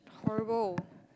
horrible